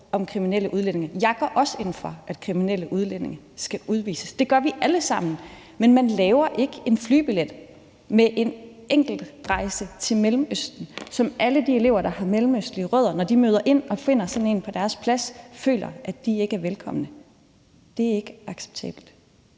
om kriminelle udlændinge. Jeg går også ind for, at kriminelle udlændinge skal udvises – det gør vi alle sammen – men man laver ikke en flyer med en flybillet til en enkelttur til Mellemøsten, så alle de elever, der har mellemøstlige rødder, når de møder ind og finder sådan en på deres plads, føler at de ikke er velkomne. Det er ikke acceptabelt.